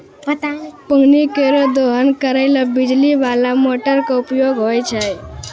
पानी केरो दोहन करै ल बिजली बाला मोटर क उपयोग होय छै